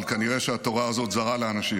אבל כנראה שהתורה הזאת זרה לאנשים